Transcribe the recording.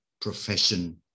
profession